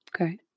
Okay